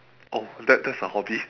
oh that that's a hobby